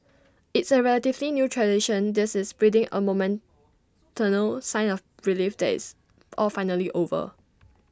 it's A relatively new tradition this is breathing A moment turnal sign of relief that it's all finally over